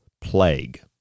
plague